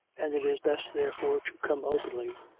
and it is best, therefore, to come openly,